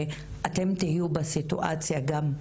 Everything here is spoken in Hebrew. ואתם תהיו בסיטואציה גם,